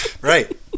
Right